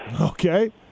Okay